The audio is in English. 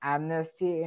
Amnesty